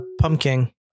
pumpkin